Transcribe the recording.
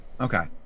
Okay